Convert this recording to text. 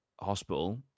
hospital